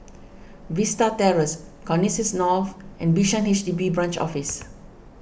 Vista Terrace Connexis North and Bishan H D B Branch Office